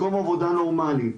מקום עבודה נורמלי.